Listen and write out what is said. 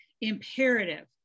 imperative